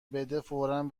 بده، فوری